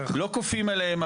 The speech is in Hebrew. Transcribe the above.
לא כופים עליהם.